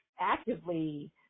actively